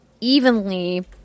evenly